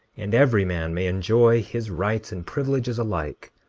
and every man may enjoy his rights and privileges alike,